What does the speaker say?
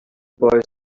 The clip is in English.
boy